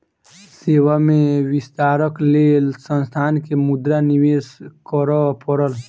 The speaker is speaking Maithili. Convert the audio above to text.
सेवा में विस्तारक लेल संस्थान के मुद्रा निवेश करअ पड़ल